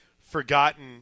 forgotten